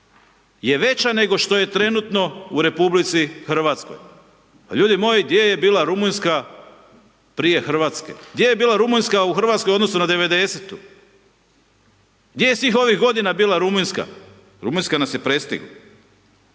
je veća nego što je trenutno u RH. Pa ljudi, gdje je bila Rumunjska prije Hrvatske? Gdje je bila Rumunjska u Hrvatskoj u odnosu na 90.-tu? Gdje je svih ovih godina bila Rumunjska? Rumunjska nas je prestigla.